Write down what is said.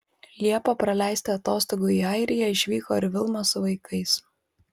liepą praleisti atostogų į airiją išvyko ir vilma su vaikais